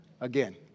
again